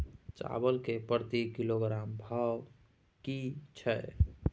चावल के प्रति किलोग्राम भाव की छै?